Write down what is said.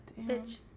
bitch